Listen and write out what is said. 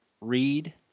read